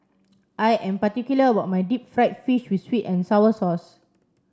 I am particular about my deep fried fish with sweet and sour sauce